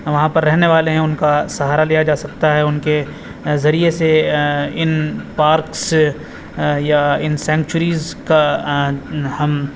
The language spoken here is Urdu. وہاں پر رہنے والے ہیں ان کا سہارا لیا جا سکتا ہے ان کے ذریعے سے ان پارکس یا ان سینچریز کا ہم